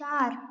चार